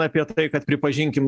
apie tai kad pripažinkim